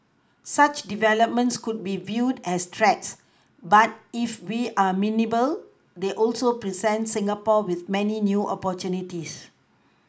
such developments could be viewed as threats but if we are nimble they also present Singapore with many new opportunities